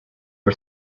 for